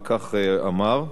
וכך אמר: